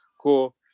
cool